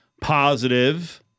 positive